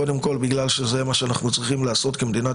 קודם כל בגלל שזה מה שאנחנו צריכים לעשות כמדינת